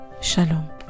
Shalom